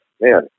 Man